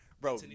bro